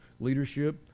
leadership